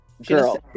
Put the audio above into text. girl